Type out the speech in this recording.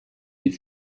die